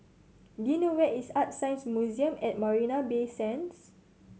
do you know where is ArtScience Museum at Marina Bay Sands